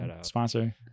Sponsor